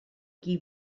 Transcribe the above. qui